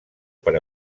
per